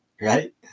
right